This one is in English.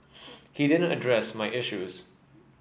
he didn't address my issues